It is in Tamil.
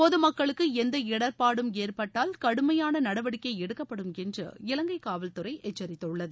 பொதுமக்களுக்கு எந்த இடர்பாடும் ஏற்பட்டால் கடுமையான நடவடிக்கை எடுக்கப்படும் என்று இலங்கை காவல்துறை எச்சரித்துள்ளது